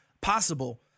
possible